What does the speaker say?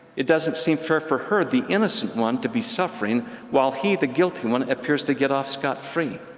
it doesn't seem fair for her, the innocent one, to be suffering while he, the guilty one, appears to get off scot-free.